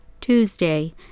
Tuesday